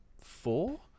four